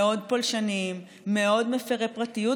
מאוד פולשניים, מאוד מפירי פרטיות.